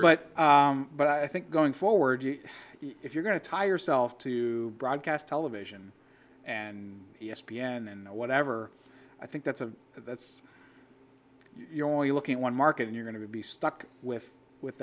but but i think going forward if you're going to tie yourself to broadcast television and e s p n and whatever i think that's a that's your only looking one mark and you're going to be stuck with with